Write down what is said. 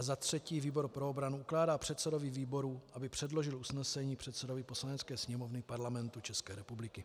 Za třetí výbor pro obranu ukládá předsedovi výboru, aby předložil usnesení předsedovi Poslanecké sněmovny Parlamentu České republiky.